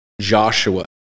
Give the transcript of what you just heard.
Joshua